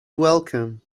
welcome